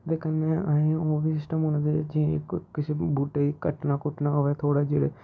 ते कन्नै अहें ओह् बी सिस्टम होना चाहिदा जियां कोई किसे बूह्टे दी कट्टना कूटना होऐ थोह्ड़ा जेह्ड़ा